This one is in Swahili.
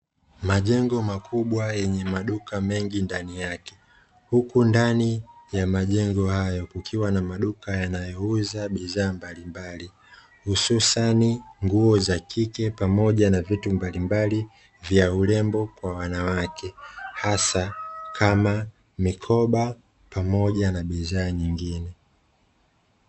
Majengo makubwa yenye maduka mengi ndani yake, huku ndani ya majengo hayo kukiwa na maduka yanayouza bidhaa mbalimbali; hususani nguo za kike pamoja na vitu mbalimbali vya urembo kwa wanawake, hasa kama mikoba pamoja na bidhaa nyingine.